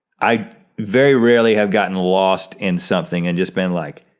i very rarely have gotten lost in something and just been like,